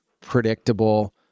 predictable